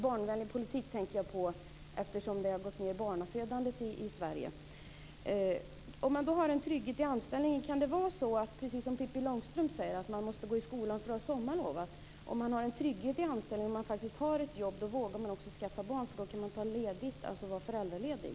Pippi Långstrump säger att man måste gå i skolan för att ha sommarlov. Kan det vara så att man vågar skaffa barn om man har en trygghet i anställningen och faktiskt har ett jobb, eftersom man då kan vara föräldraledig?